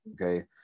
Okay